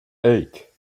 eight